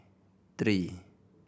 three